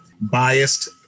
Biased